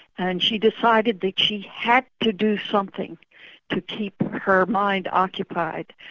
and she decided that she had to do something to keep her mind occupied,